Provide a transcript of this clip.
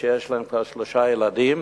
יש להם כבר שלושה ילדים,